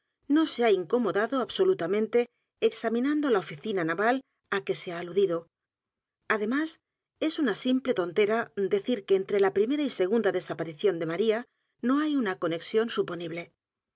no se ha incomodado absolutamente examinando la oficina naval á que se há aludido además es una simple tontera decir que entre la primera y segunda desaparición de maría no hay una conexión suponible